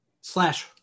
slash